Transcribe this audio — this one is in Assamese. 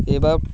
এইবাৰ